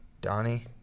Donnie